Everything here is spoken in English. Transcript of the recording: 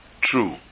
true